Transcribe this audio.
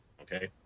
Okay